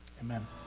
Amen